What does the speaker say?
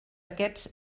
aquests